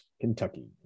Kentucky